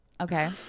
Okay